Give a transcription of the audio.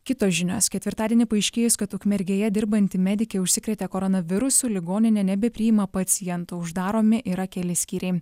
kitos žinios ketvirtadienį paaiškėjus kad ukmergėje dirbanti medikė užsikrėtė koronavirusu ligoninė nebepriima pacientų uždaromi yra keli skyriai